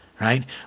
right